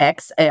XL